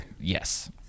Yes